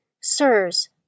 Sirs